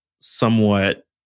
somewhat